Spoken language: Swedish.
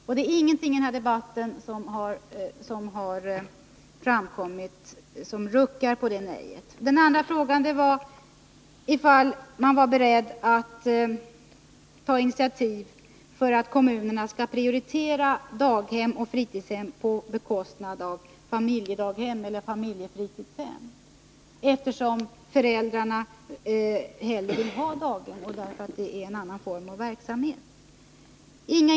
Och ingenting har i debatten framkommit som tyder på att socialministern ämnar rucka på detta nej. Den andra frågan var om socialministern var beredd att ta initiativ för att kommunerna skall prioritera byggandet av daghem och fritidshem på bekostnad av familjedaghem och familjefritidshem, eftersom föräldrarna hellre vill ha daghem där en annan form av verksamhet bedrivs.